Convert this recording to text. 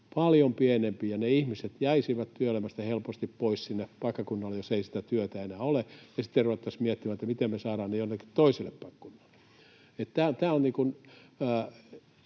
paljon pienempi, ja ne ihmiset jäisivät työelämästä helposti pois siellä paikkakunnalla, jos ei sitä työtä enää ole, ja sitten ruvettaisiin miettimään, miten me saadaan heidät jonnekin toiselle paikkakunnalle.